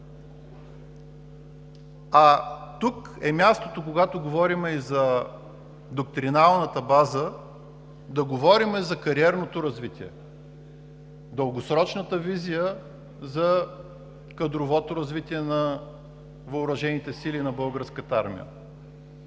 А тук е мястото, когато говорим за доктриналната база, да говорим за кариерното развитие, дългосрочната визия за кадровото развитие на въоръжените сили и на Българската армия.